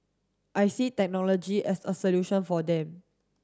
I see technology as a solution for them